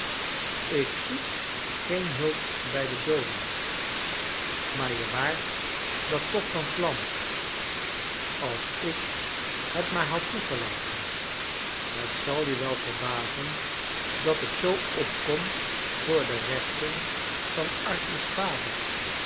ik zoek geen hulp bij de dooden maar je waart dat tooh van plan als ik het maar had toegelaten het zal je wei verbazen dat ik zoo opkom voor de rechten van arthur's vader